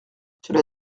cela